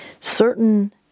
certain